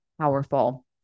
powerful